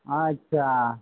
ᱟᱪᱪᱷᱟ